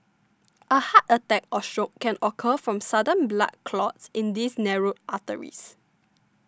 a heart attack or stroke can occur from sudden blood clots in these narrowed arteries